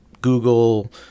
Google